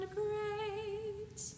great